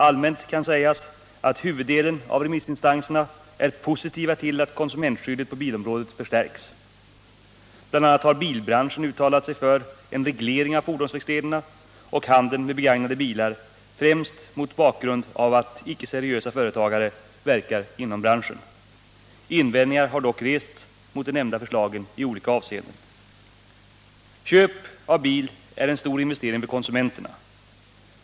Allmänt kan sägas att huvuddelen av remissinstanserna är positiva till att konsumentskyddet på bilområdet förstärks. Bl.a. har bilbranschen uttalat sig för en reglering av fordonsverkstäder och handeln med begagnade bilar främst mot bakgrund av att icke-seriösa företagare verkar inom branschen. Invändningar har dock rests mot de nämnda förslagen i olika avseenden. Köp av bil är en stor investering för konsumenten.